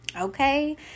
Okay